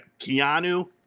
Keanu